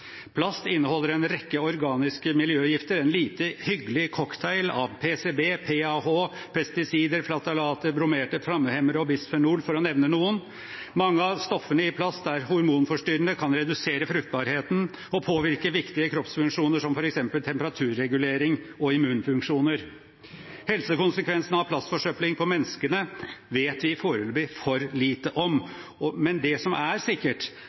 Plast inneholder en rekke organiske miljøgifter, en lite hyggelig cocktail av PCB, PAH, pesticider, ftalat, bromerte flammehemmere og bisfenol, for å nevne noen. Mange av stoffene i plast er hormonforstyrrende, kan redusere fruktbarheten og påvirke viktige kroppsfunksjoner, som f.eks. temperaturregulering og immunfunksjoner. Helsekonsekvensene av plastforsøpling på mennesket vet vi foreløpig for lite om, men det som er sikkert,